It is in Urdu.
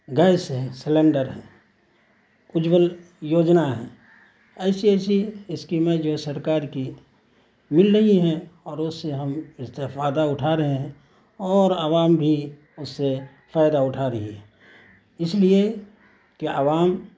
گیس ہے سلینڈر ہے اجول یوجنا ہے ایسی ایسی اسکیمیں جو ہے سرکار کی مل رہی ہیں اور اس سے ہم استفادہ اٹھا رہے ہیں اور عوام بھی اس سے فائدہ اٹھا رہی ہے اس لیے کہ عوام